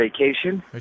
vacation